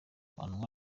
guhanwa